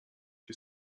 się